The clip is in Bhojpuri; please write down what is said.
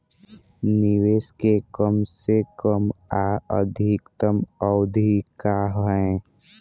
निवेश के कम से कम आ अधिकतम अवधि का है?